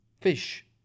Fish